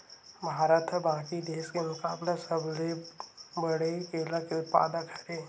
भारत हा बाकि देस के मुकाबला सबले बड़े केला के उत्पादक हरे